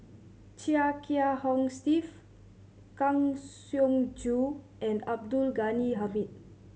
Chia Kiah Hong Steve Kang Siong Joo and Abdul Ghani Hamid